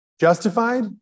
Justified